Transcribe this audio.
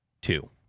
two